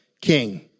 king